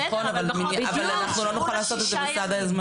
נכון, אבל אנחנו לא נוכל לעשות את זה בסד הזמנים.